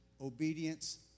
obedience